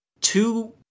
two